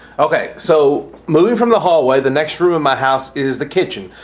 ok. so moving from the hall where the next room of my house is the kitchen.